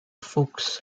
fuchs